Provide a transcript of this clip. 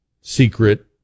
secret